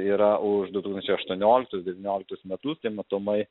yra už du tūkstančiai aštuonioliktus devynioliktus metus tai matomai